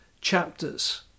chapters